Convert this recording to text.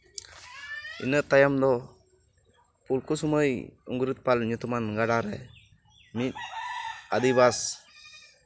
ᱤᱱᱟᱹ ᱛᱟᱭᱚᱢ ᱫᱚ ᱯᱷᱩᱞᱠᱩᱥᱢᱟᱹᱭ ᱚᱢᱨᱤᱛᱯᱟᱞ ᱧᱩᱛᱩᱢᱟᱱ ᱜᱟᱰᱟ ᱨᱮ ᱢᱤᱫ ᱟᱫᱤᱵᱟᱥ